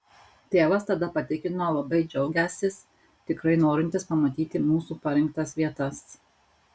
tėvas tada patikino labai džiaugiąsis tikrai norintis pamatyti mūsų parinktas vietas